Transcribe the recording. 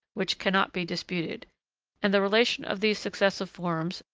which cannot be disputed and the relation of these successive forms,